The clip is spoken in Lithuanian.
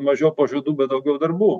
mažiau pažadų bet daugiau darbų